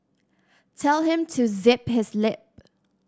tell him to zip his lip